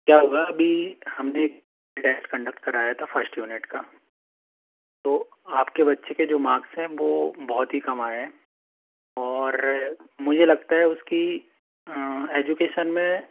क्या हुआ अभी हम ने एक टेस्ट कंडक्ट कराया था फ़र्स्ट यूनिट का तो आपके बच्चे के जो मार्क्स हैं वो बहुत ही कम आए हैं और मुझे लगता है उसकी एजुकेशन में